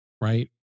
right